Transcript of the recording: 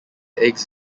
eggs